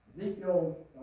Ezekiel